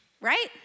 right